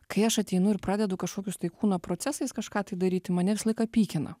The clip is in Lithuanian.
kai aš ateinu ir pradedu kažkokius tai kūno procesais kažką tai daryti mane visą laiką pykina